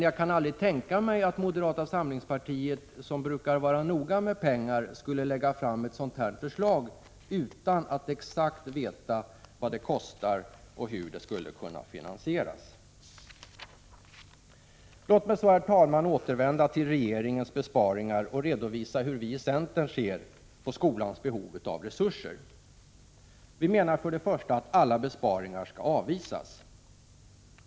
Jag kan aldrig tänka mig att moderaterna, som brukar vara noga med pengarna, skulle lägga fram ett sådant förslag utan att exakt veta vad det kostar och hur det skulle kunna finansieras. Låt mig, herr talman, återvända till regeringens besparingar och redovisa hur vi i centern ser på skolans behov av resurser. Vi menar för det första att alla besparingar skall avvisas.